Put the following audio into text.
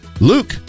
Luke